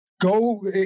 go